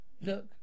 Look